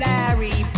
Larry